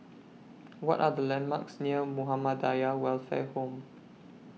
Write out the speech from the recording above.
What Are The landmarks near Muhammadiyah Welfare Home